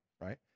right